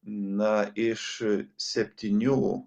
na iš septynių